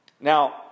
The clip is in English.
Now